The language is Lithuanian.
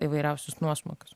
įvairiausius nuosmukius